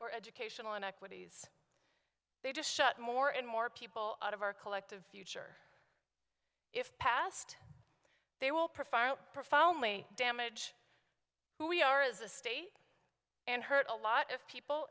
or educational inequities they just shut more and more people out of our collective future if passed they will profile damage who we are as a state and hurt a lot of people